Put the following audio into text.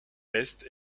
est